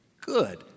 Good